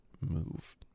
move